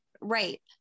rape